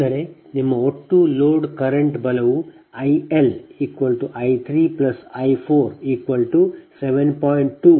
ಅಂದರೆ ನಿಮ್ಮ ಒಟ್ಟು ಲೋಡ್ ಕರೆಂಟ್ ಬಲವು I L I 3 I 4 7